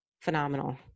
phenomenal